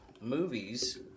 movies